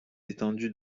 étendue